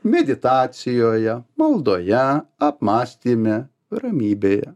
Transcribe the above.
meditacijoje maldoje apmąstyme ramybėje